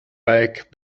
back